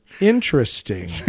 Interesting